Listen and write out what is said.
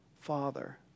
Father